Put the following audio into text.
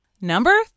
Number